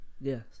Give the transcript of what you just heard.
Yes